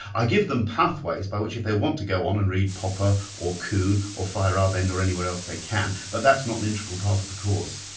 i give them pathways by which, if they want to go on and read popper or kuhn or feierabend or anyone else, they can, but that's not an integral part of the course.